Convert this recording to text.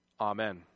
Amen